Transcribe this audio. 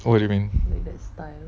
what do you mean